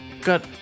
got